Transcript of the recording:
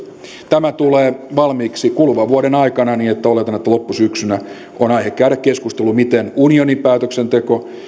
tämä tulee valmiiksi kuluvan vuoden aikana niin että oletan että loppusyksynä on aihetta käydä keskustelu miten unionin päätöksenteko